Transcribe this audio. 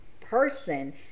person